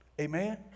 Amen